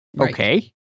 Okay